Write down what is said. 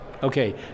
Okay